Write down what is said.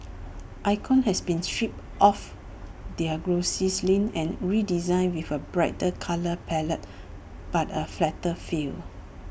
icons have been stripped of their glossy sheen and redesigned with A brighter colour palette but A flatter feel